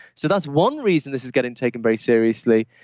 so that's one reason this is getting taken very seriously.